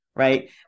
Right